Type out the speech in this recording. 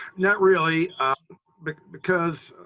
not really because,